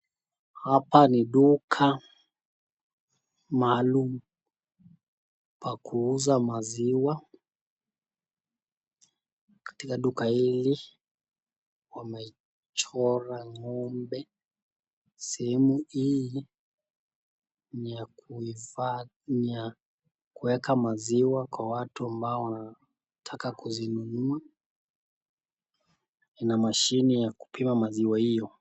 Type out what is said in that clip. Hapa ni duka maalum pa kuuza maziwa, katika duka hili wameichora ng'ombe sehemu hii ni ya kuifanya kuweka maziwa kwa watu ambao wanataka kuzinunua na mashini ya kupima maziwa hiyo.